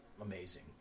amazing